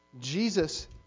Jesus